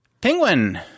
Penguin